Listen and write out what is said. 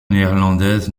néerlandaise